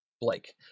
Blake